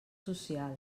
social